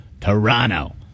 Toronto